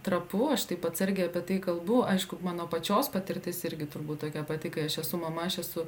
trapu aš taip atsargiai apie tai kalbu aišku mano pačios patirtis irgi turbūt tokia pati kai aš esu mama aš esu